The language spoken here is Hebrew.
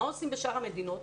מה עושים בשאר המדינות?